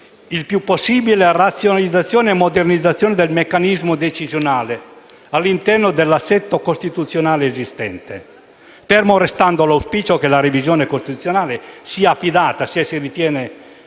il più possibile la razionalizzazione e modernizzazione del meccanismo decisionale all'interno dell'assetto costituzionale esistente, fermo restando l'auspicio che la revisione costituzionale sia affidata, se si ritiene